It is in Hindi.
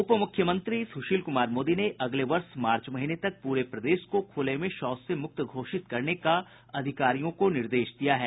उपमुख्यमंत्री सुशील कुमार मोदी ने अगले वर्ष मार्च महीने तक पूरे प्रदेश को खुले में शौच से मुक्त घोषित करने का अधिकारियों को निर्देश दिया है